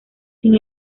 sin